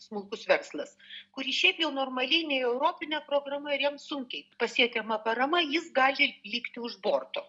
smulkus verslas kuris šiaip jau normaliai nei europinė programa ir jiems sunkiai pasiekiama parama jis gali likti už borto